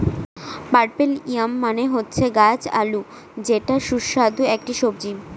purple yam মানে হচ্ছে গাছ আলু যেটা সুস্বাদু একটি সবজি